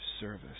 service